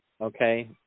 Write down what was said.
Okay